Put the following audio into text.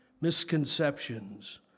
Misconceptions